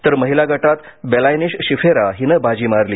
तर महीला गटात बेलायनिश शिफेरा हिनं बाजी मारली